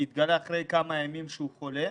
לאחר כמה ימים התגלה שהוא חולה,